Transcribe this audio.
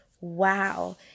wow